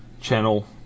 channel